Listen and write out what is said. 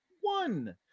one